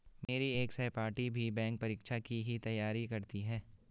मेरी एक सहपाठी भी बैंक परीक्षा की ही तैयारी करती है